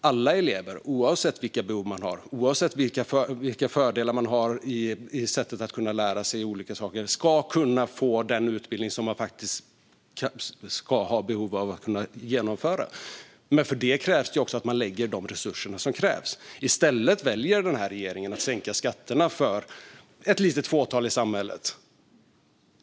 Alla elever, oavsett vilka behov de har och vilka fördelar de har när det gäller att kunna lära sig olika saker, ska kunna få den utbildning som de har behov av och som de kan genomföra. Men då krävs också att man lägger de resurser som behövs. I stället väljer regeringen att sänka skatterna för ett litet fåtal i samhället.